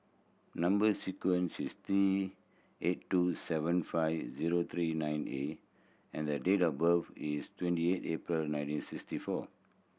number sequence is T eight two seven five zero three nine A and date of birth is twenty eight April nineteen sixty four